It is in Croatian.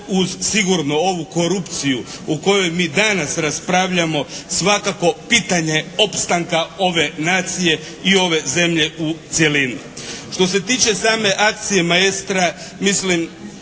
uz sigurno ovu korupciju o kojoj mi danas raspravljamo, svakako pitanje opstanka ove nacije i ove zemlje u cjelini. Što se tiče same akcije maestra mislim